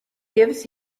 gives